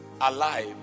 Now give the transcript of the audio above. alive